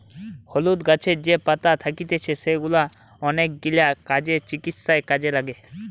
হলুদ গাছের যে পাতা থাকতিছে সেগুলা অনেকগিলা কাজে, চিকিৎসায় কাজে লাগে